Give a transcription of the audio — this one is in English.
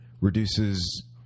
reduces